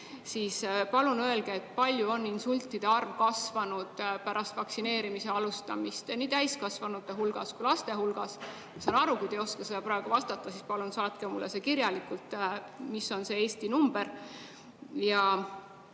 siis palun öelge, kui palju on insultide arv kasvanud pärast vaktsineerimise alustamist nii täiskasvanute kui ka laste hulgas. Ma saan aru, kui te ei oska praegu vastata, siis palun saatke mulle kirjalikult, mis see Eesti number on.